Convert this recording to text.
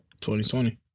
2020